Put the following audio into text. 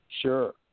Sure